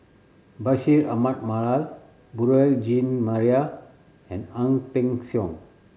Bashir Ahmad Mallal Beurel Jean Marie and Ang Peng Siong